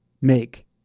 make